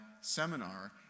seminar